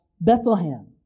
Bethlehem